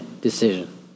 decision